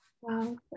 Wow